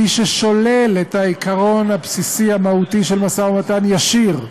מי ששולל את העיקרון הבסיסי המהותי של משא-ומתן ישיר,